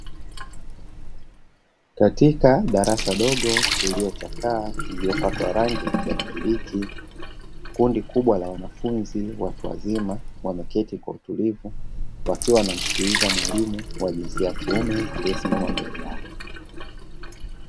Katika darasa dogo lililochakaa, lililopakwa rangi ya kijani kibichi. Kundi kubwa la wanafunzi watu wazima, wameketi kwa utulivu wakiwa wanamsikiliza mwalimu wa jinsi ya kiume aliyesimama mbele yao.